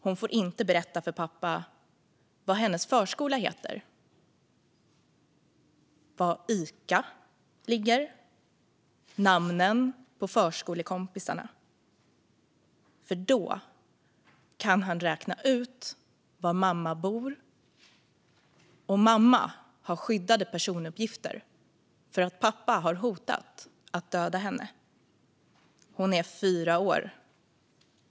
Hon får inte berätta för pappa vad hennes förskola heter, var Icabutiken ligger och namnen på förskolekompisarna, för då kan han räkna ut var mamma bor. Och mamma har skyddade personuppgifter för att pappa har hotat att döda henne. Hon är fyra år.